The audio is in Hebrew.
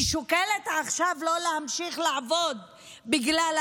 היא שוקלת עכשיו לא להמשיך לעבוד בגלל האיומים.